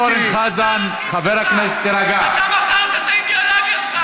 אתה מכרת את האידיאולוגיה שלך.